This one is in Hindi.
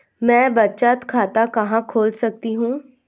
मैं बचत खाता कहां खोल सकती हूँ?